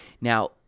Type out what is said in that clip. now